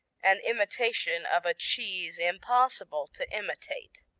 an imitation of a cheese impossible to imitate.